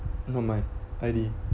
not my I_D